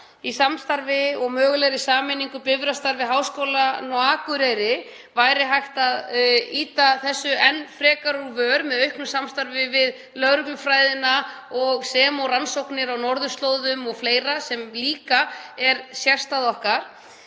samstarfi og mögulegri sameiningu Bifrastar við Háskólann á Akureyri væri hægt að ýta þessu enn frekar úr vör með auknu samstarfi við lögreglufræðina sem og rannsóknir á norðurslóðum og fleira sem líka er sérstaða okkar.